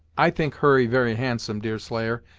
i think hurry very handsome, deerslayer,